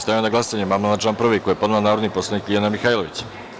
Stavljam na glasanje amandman na član 1. koji je podnela narodni poslanik LJiljana Mihajlović.